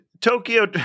Tokyo